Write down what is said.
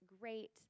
great